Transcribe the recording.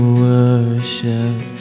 worship